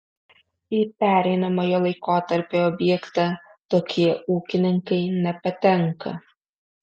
į pereinamojo laikotarpio objektą tokie ūkininkai nepatenka